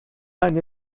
eine